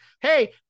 hey